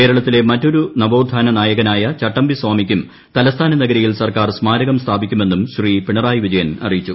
കേരളത്തിലെ മറ്റൊരു നവോത്ഥാന നായകനായ ചട്ടമ്പിസ്വാമിക്കും തലസ്ഥാന നഗരിയിൽ സർക്കാർ സ്മാരകം സ്ഥാപിക്കുമെന്നും ശ്രീ പിണറായി വിജയ്ൻ അറിയിച്ചു